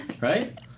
right